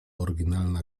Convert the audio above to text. oryginalna